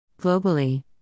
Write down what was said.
Globally